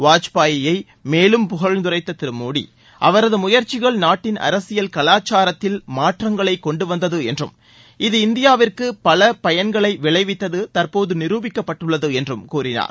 வாஜ்பானய மேலும் புகழ்ந்துரைத்த திரு மோடி அவரது முயற்சிகள் நாட்டின் அரசியல் கலாச்சாரத்தில் மாற்றங்களை கொண்டு வந்தது என்றும் இது இந்தியாவிற்கு பல பயன்களை விளைவித்தது தற்போது நிருபிக்கப்பட்டுள்ளது என்றும் கூறினார்